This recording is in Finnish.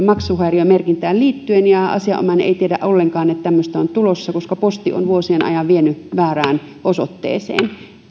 maksuhäiriömerkintään liittyen ja asianomainen ei tiedä ollenkaan että tämmöistä on tulossa koska posti on vuosien ajan mennyt väärään osoitteeseen